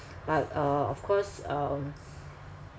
but uh of course um